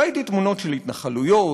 ראיתי תמונות של התנחלויות,